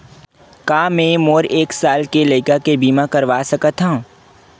का मै मोर एक साल के लइका के बीमा करवा सकत हव?